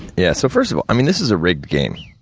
yeah, so first of all, i mean, this is a rigged game,